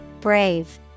Brave